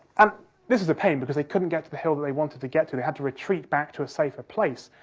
um this was a pain, because they couldn't get to the hill that they wanted to get to, they had to retreat back to a safer place.